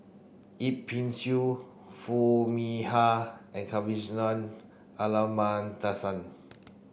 Yip Pin Xiu Foo Mee Har and Kavignareru Amallathasan